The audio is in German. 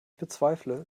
bezweifle